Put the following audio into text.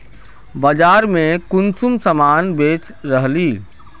बाजार में कुंसम सामान बेच रहली?